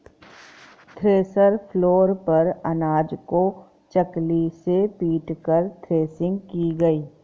thresher floor पर अनाज को चकली से पीटकर थ्रेसिंग की गई